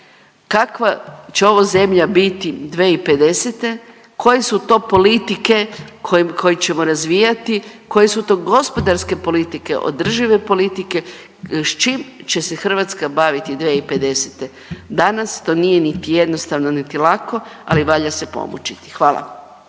kakva će ovo zemlja biti 2050., koje su to politike koje ćemo razvijati, koje su to gospodarske politike, održive politike s čim će se Hrvatska baviti 2050. Danas to nije niti jednostavno niti lako, ali valja se pomučiti. Hvala.